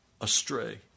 astray